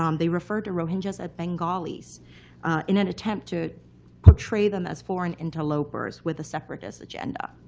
um they refer to rohingyas as bengalis in an attempt to portray them as foreign interlopers with a separatist agenda.